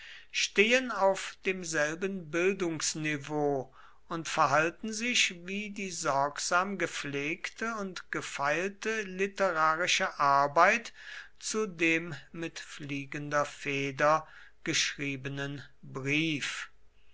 stehen auf demselben bildungsniveau und verhalten sich wie die sorgsam gepflegte und gefeilte literarische arbeit zu dem mit fliegender feder geschriebenen brief